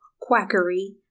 quackery